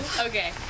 Okay